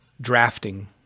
drafting